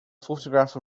photograph